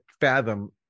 fathom